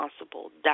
responsible